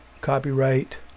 copyright